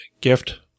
gift